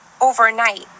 overnight